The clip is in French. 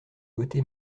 beauté